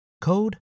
code